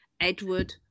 Edward